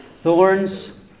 thorns